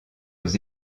aux